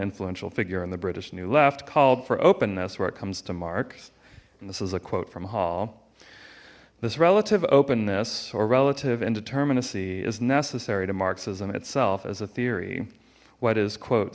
influential figure in the british new left called for openness where it comes to marx and this is a quote from hall this relative openness or relative indeterminacy is necessary to marxism itself as a theory what is quote